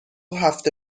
هفته